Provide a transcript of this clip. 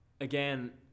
again